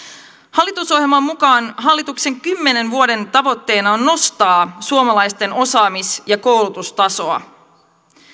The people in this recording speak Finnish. hallitusohjelman mukaan hallituksen kymmenen vuoden tavoitteena on nostaa suomalaisten osaamis ja koulutustasoa